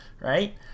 right